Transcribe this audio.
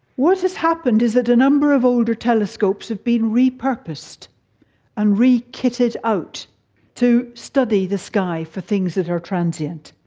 what has happened is that a number of older telescopes have been repurposed and re-kitted out to study the sky for things that are transient.